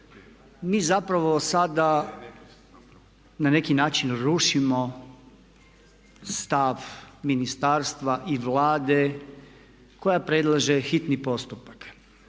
mi zapravo sada na neki način rušimo stav ministarstva i Vlade koja predlaže hitni postupak.